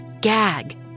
gag